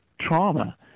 trauma